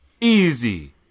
Easy